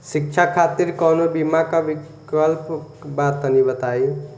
शिक्षा खातिर कौनो बीमा क विक्लप बा तनि बताई?